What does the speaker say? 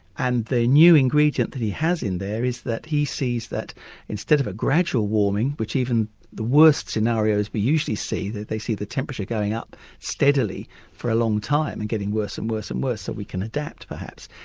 and the new ingredient that he has in there is that he sees that instead of a gradual warming which, even the worst scenarios we usually see, they see the temperature going up steadily for a long time and getting worse and worse and worse so we can adapt perhaps,